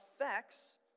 affects